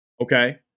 Okay